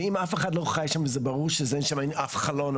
ואם אף אחד לא חי שם זה ברור שאין שם אף חלון.